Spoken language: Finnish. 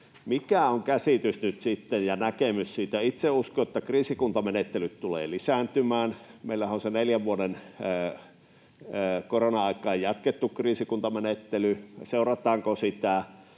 Mikä on käsitys ja näkemys siitä? Itse uskon, että kriisikuntamenettelyt tulevat lisääntymään. Meillähän on se neljän vuoden korona-aikaan jatkettu kriisikuntamenettely. Seurataanko sitä?